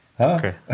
Okay